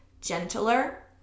gentler